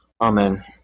Amen